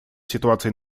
ситуации